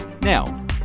now